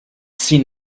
seen